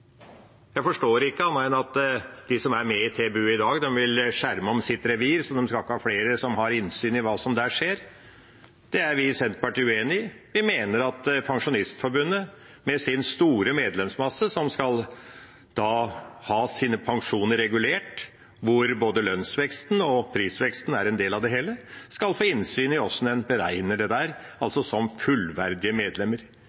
Jeg forstår ikke annet enn at de som er med i TBU i dag, vil skjerme om sitt revir, og ikke vil at flere får innsyn i hva som der skjer. Det er vi i Senterpartiet uenige i. Vi mener at Pensjonistforbundet, med sin store medlemsmasse som skal ha sine pensjoner regulert – og hvor både lønnsveksten og prisveksten er en del av det hele – skal få innsyn i hvordan en beregner dette, altså som fullverdige medlemmer. Jeg kan ikke forstå at det